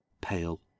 pale